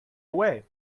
away